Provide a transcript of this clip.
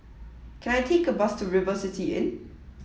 can I take a bus to River City Inn